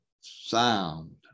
sound